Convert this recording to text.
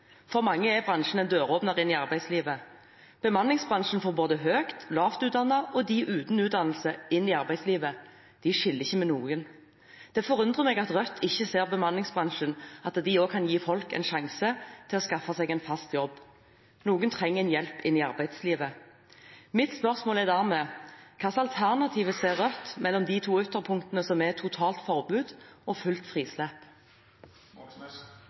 For mange er bransjen en døråpner inn i arbeidslivet. Bemanningsbransjen får både høyt utdannede, lavt utdannede og dem uten utdannelse inn i arbeidslivet. De skiller ikke mellom noen. Det forundrer meg at Rødt ikke ser at bemanningsbransjen også kan gi folk en sjanse til å skaffe seg en fast jobb. Noen trenger hjelp inn i arbeidslivet. Mitt spørsmål er dermed: Hva slags alternativer ser Rødt mellom de to ytterpunktene totalt forbud og fullt